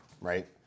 right